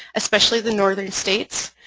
especially the northern states,